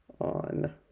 on